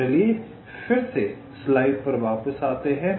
तो चलिए फिर से इस स्लाइड पर वापस आते हैं